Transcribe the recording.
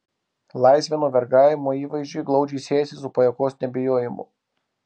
laisvė nuo vergavimo įvaizdžiui glaudžiai siejasi su pajuokos nebijojimu